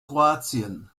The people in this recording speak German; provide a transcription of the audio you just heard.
kroatien